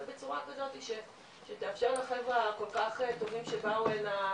אבל בצורה כזאת שתאפשר לחבר'ה הכל כך טובים שבאו הנה,